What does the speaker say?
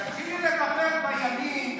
אתה מוזמן לצאת מהמליאה.